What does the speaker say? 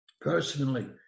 personally